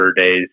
days